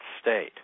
state